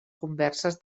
converses